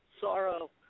sorrow